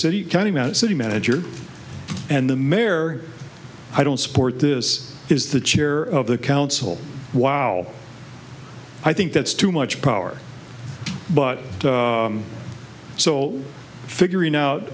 city county city manager and the mare i don't support this is the chair of the council wow i think that's too much power but so figuring out